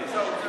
אני רוצה,